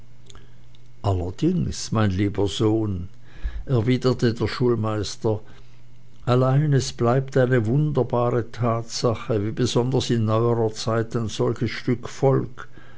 mein lieber sohn erwiderte der schulmeister allein es bleibt eine wunderbare tatsache wie besonders in neuerer zeit ein solches stück volk